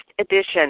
edition